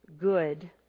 good